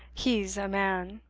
he's a man.